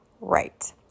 Right